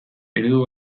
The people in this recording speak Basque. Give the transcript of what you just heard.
eredu